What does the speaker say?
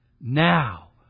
Now